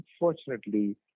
unfortunately